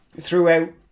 throughout